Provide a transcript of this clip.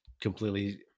completely